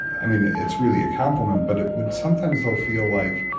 i mean it's really a compliment but it would sometimes so feel like,